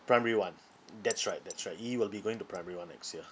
primary one that's right that's right he will be going to primary one next year